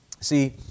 See